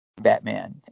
Batman